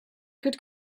could